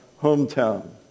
hometown